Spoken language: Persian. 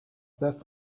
دست